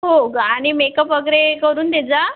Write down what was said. हो ग आणि मेकअप वगैरे करून देजा